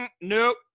Nope